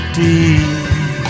deep